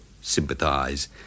sympathise